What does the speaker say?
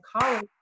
college